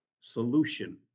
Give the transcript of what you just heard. solution